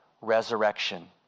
resurrection